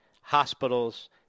hospitals